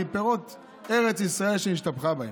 מפירות שארץ ישראל השתבחה בהם.